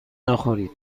نخورید